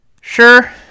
sure